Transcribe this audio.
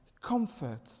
comfort